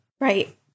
Right